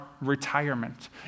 retirement